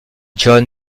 john